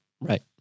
Right